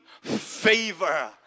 favor